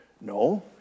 No